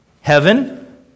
Heaven